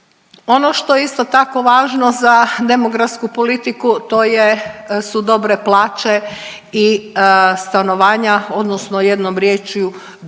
Ono što je isto tako važno za demografsku politiku to su dobre plaće i stanovanja odnosno jednom riječju dom za